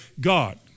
God